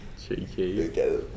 Cheeky